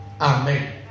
Amen